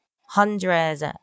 hundreds